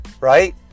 Right